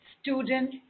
student